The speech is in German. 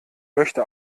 möchte